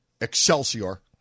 Excelsior